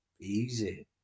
easy